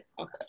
okay